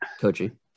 coaching